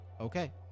okay